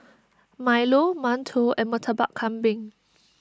Milo Mantou and Murtabak Kambing